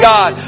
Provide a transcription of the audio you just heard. God